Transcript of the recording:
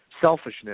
selfishness